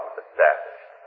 established